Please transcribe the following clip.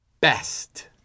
best